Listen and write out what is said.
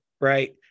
right